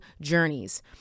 journeys